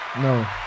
No